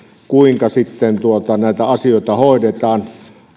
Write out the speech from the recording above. kuinka sitten näitä asioita hoidetaan